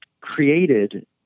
created